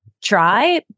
try